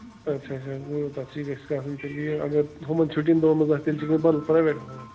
اَچھا اَچھا گوٚو تتھ سٍتۍ گژھِ آسُن یہِ اگر ہُمن چھُٹین دۄہن منٛز آسہِ تیٚلہِ چھُ بدل پرٛیویٹ وول